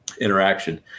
interaction